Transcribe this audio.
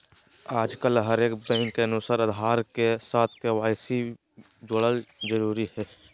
आजकल हरेक बैंक के अनुसार आधार के साथ के.वाई.सी जोड़े ल जरूरी हय